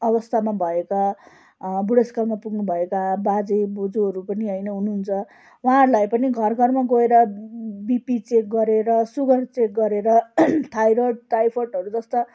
अवस्थामा भएका बुढेसकालमा पुग्नु भएका बाजे बोजूहरू पनि होइन हुनुहुन्छ उहाँहरूलाई पनि घर घरमा गएर बिपी चेक गरेर सुगर चेक गरेर थाइरड टाइफाइडहरू जस्ता